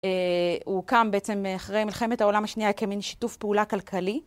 הוא קם בעצם אחרי מלחמת העולם השנייה כמין שיתוף פעולה כלכלי.